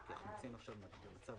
אתם מקצצים את המסגרת